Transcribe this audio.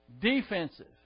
Defensive